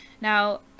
now